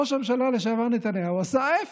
ראש הממשלה לשעבר נתניהו עשה ההפך: